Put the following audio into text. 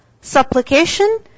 supplication